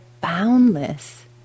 boundless